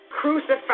crucified